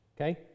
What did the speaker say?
Okay